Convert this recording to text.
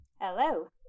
Hello